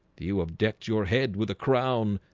do you abduct your head with a crown?